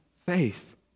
faith